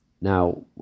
Now